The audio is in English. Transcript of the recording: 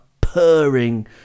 purring